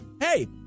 Hey